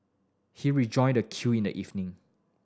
he rejoined the queue in the evening